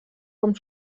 com